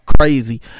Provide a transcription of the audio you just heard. crazy